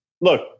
look